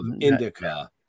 indica